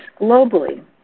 globally